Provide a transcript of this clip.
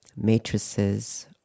matrices